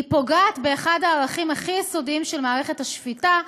היא פוגעת באחד הערכים הכי יסודיים של מערכת השפיטה,